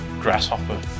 Grasshopper